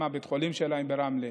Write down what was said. גם בית החולים שלהם ברמלה,